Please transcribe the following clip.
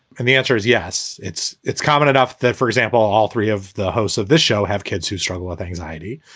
and the answer is yes. it's it's common enough that, for example, all three of the hosts of this show have kids who struggle with anxiety.